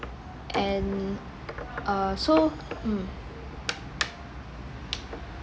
and uh so mm